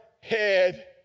head